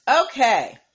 Okay